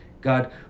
God